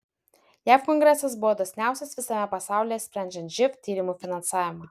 jav kongresas buvo dosniausias visame pasaulyje sprendžiant živ tyrimų finansavimą